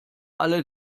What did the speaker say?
alle